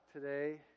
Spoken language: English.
today